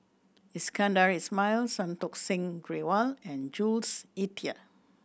Iskandar Ismail Santokh Singh Grewal and Jules Itier